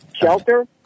Shelter